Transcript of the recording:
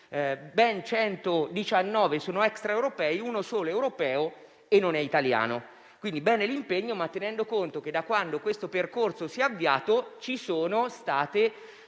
ben 119 sono extraeuropei, uno solo è europeo e non è italiano. Va bene quindi l'impegno, ma tenendo presente che da quando questo percorso si è avviato sono avvenuti